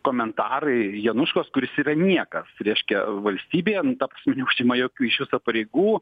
komentarai januškos kuris yra niekas reiškia valstybei ant ta prasme neužsiima jokių iš viso pareigų